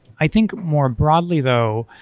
i think, more broadly though,